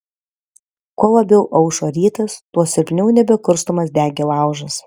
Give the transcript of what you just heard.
kuo labiau aušo rytas tuo silpniau nebekurstomas degė laužas